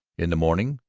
in the morning,